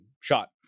shot